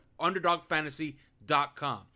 underdogfantasy.com